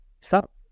Stop